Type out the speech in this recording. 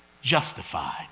justified